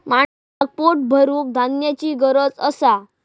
माणसाक पोट भरूक धान्याची गरज असा